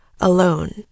alone